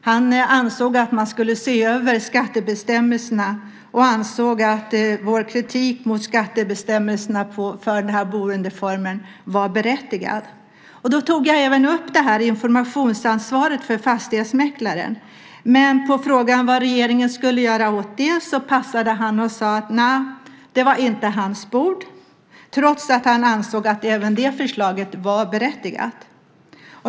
Han ansåg att man skulle se över skattebestämmelserna och ansåg att vår kritik mot skattebestämmelserna för den här boendeformen var berättigad. Då tog jag även upp informationsansvaret för fastighetsmäklaren. Men på frågan vad regeringen skulle göra åt det passade han och sade att det inte var hans bord trots att han ansåg att även det förslaget var berättigat.